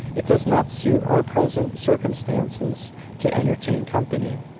it does not suit our present circumstances to entertain company.